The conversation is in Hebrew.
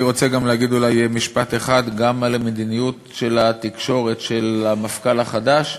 אני רוצה גם להגיד אולי משפט אחד גם על מדיניות התקשורת של המפכ"ל החדש.